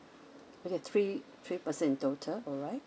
okay three three person in total alright